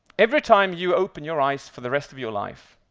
every time you open your eyes for the rest of your life,